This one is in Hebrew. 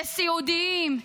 לסיעודיים,